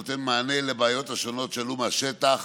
שנותן מענה לבעיות השונות שעלו מהשטח